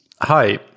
Hi